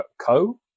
Co